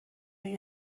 این